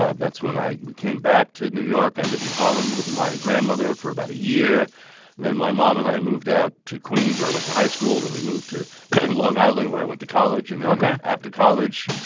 ah that's when i we came back to new york. i lived in harlem with my grandmother for about a year, and then my mom and i moved out to queens, where i went to high school. then we moved to long island, where i went to college. and then. yeah. after college,